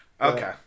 Okay